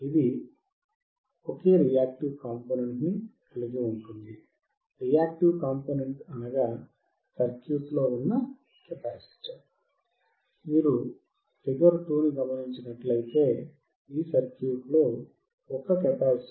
ఇది ఒకే reactive component ని కలిగి ఉంటుంది రియాక్టివ్ కాంపోనెంట్ అనగా సర్క్యూట్లో కెపాసిటర్